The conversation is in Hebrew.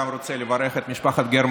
אני גם רוצה לברך את משפחת גרמן.